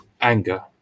anger